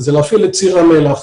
להפעיל את ציר המל"ח,